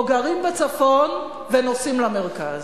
או גרים בצפון ונוסעים למרכז.